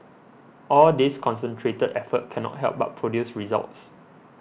all this concentrated effort cannot help but produce results